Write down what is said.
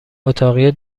اتاقی